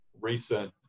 recent